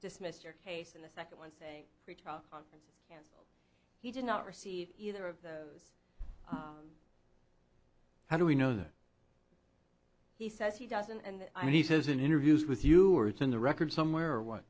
dismiss your case in the second one saying he did not receive either of those how do we know that he says he doesn't and i mean he says in interviews with you or it's in the record somewhere what